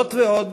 זאת ועוד,